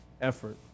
effort